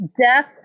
death